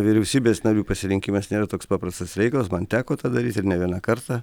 vyriausybės narių pasirinkimas nėra toks paprastas reikalas man teko tą daryt ir ne vieną kartą